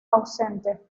ausente